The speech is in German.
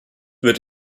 wird